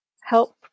help